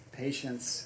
patience